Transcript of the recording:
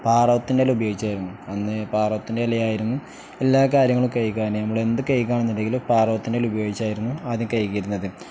പാളകത്തിൻ്റെ ഇല ഉപയോഗിച്ചായിരുന്നു അന്ന് പാളകത്തിന്റെ ഇലയായിരുന്നു എല്ലാ കാര്യങ്ങളും കഴുകാൻ നമ്മൾ എന്ത് കഴുകുക ആണെന്നുണ്ടെങ്കിലും പാളകത്തിൻ്റെ ഇല ഉപയോഗിച്ചായിരുന്നു ആദ്യം കഴുകിയിരുന്നത്